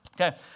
Okay